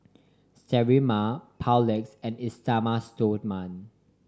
Sterimar Papulex and Esteem Stoma